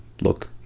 look